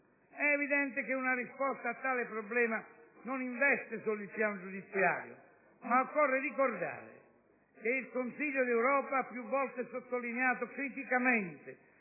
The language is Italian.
È evidente che una risposta a tale problema non investe solo il piano giudiziario. Occorre, infatti, ricordare che il Consiglio d'Europa ha più volte sottolineato criticamente